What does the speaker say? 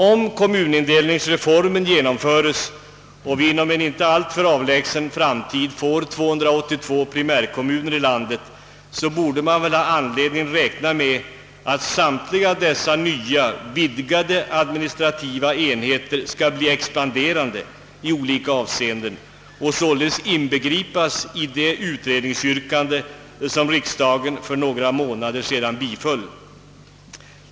Om kommunindelningsreformen genomföres och vi inom en inte alltför avlägsen framtid får 282 primärkommuner i landet, borde man väl ha anledning räkna med att samtliga dessa nya, vidgade administrativa enheter skall bli expanderande i olika avseenden och således inbegripas i det utredningsyrkande som riksdagen för några månader sedan biföll.